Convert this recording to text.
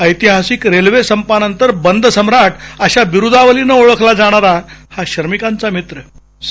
ऐतिहासिक रेल्वे संपानंतर बंदसम्राट अशा बिरुदावलीनं ओळखला जाणार हा श्रमिकांचा मित्र स